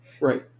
Right